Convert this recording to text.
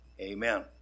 Amen